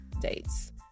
dates